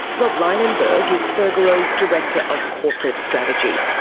rob luijnenburg is fugro's director of corporate strategy.